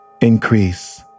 Increase